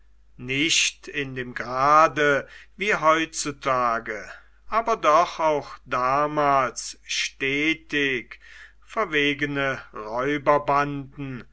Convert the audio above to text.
nicht in dem grade wie heutzutage aber doch auch damals stetig verwegene räuberbanden